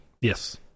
Yes